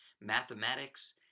mathematics